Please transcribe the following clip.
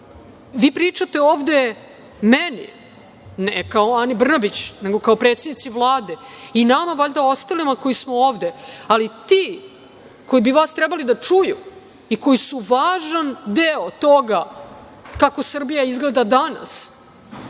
pričate ovde meni, ne kao Ani Brnabić, nego kao predsednici Vlade i nama valjda ostalima koji smo ovde, ali ti koji bi vas trebali da čuju i koji su važan deo toga kako Srbija izgleda danas